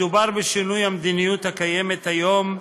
מדובר בשינוי המדיניות הקיימת היום,